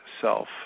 self